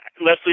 leslie